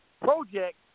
project